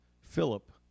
Philip